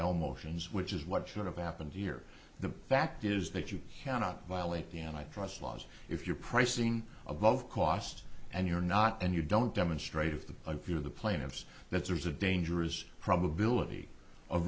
l motions which is what should have happened here the fact is that you cannot violate the and i trust laws if you're pricing above cost and you're not and you don't demonstrate of the i fear the plaintiffs that there's a dangerous probability